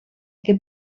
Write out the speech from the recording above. que